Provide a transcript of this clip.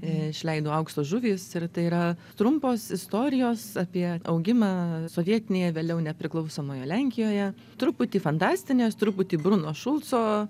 išleido aukso žuvys ir tai yra trumpos istorijos apie augimą sovietinėje vėliau nepriklausomoje lenkijoje truputį fantastinės truputį bruno šulco